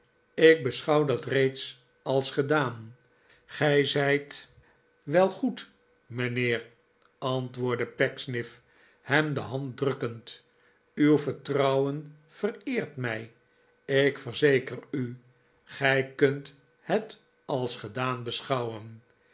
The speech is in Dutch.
ik beschouw dat reeds als gedaan gij zijt wel goed mijnheer antwoordde pecksniff hem de hand drukkend uw vertrouwen vereertniij ik verzeker u gij kunt het als gedaan beschouwen